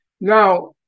Now